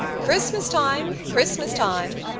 christmas-time! christmas-time!